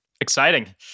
Exciting